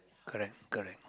correct correct